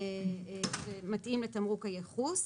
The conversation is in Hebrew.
מתאים לתמרוק הייחוס.